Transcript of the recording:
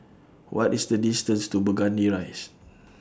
What IS The distance to Burgundy Rise